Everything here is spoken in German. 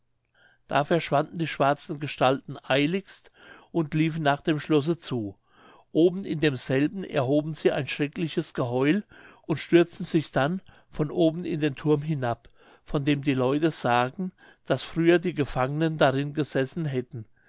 da verschwanden die schwarzen gestalten eiligst und liefen nach dem schlosse zu oben in demselben erhoben sie ein schreckliches geheul und stürzten sich dann von oben in den thurm hinab von dem die leute sagen daß früher die gefangenen darin gesessen hätten